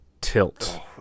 tilt